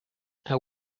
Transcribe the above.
are